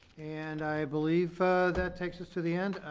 and i believe that takes us to the end.